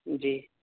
جی